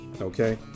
Okay